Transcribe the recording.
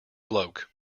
bloke